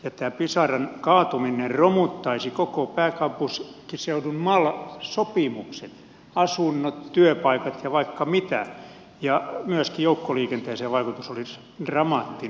että pisaran kaatuminen romuttaisi koko pääkapusckiseudun mal sopimukset asunnot työpaikat ja vaikka mitään ja myös joukkoliikenteen selailu saalis romahti